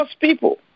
people